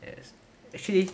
yes actually